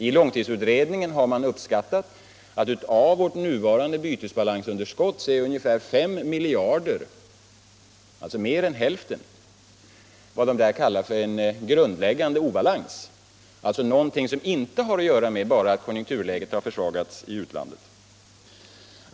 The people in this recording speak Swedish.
I långtidsutredningen har man uppskattat att ungefär 5 miljarder av vårt nuvarande bytesbalansunderskott — alltså mer än hälften — är vad man där kallar för en grundläggande obalans, alltså någonting som inte bara har att göra med att konjunkturläget har försvagats i utlandet.